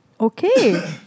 okay